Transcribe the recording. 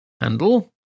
handle